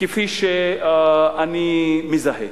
כפי שאני מזהה.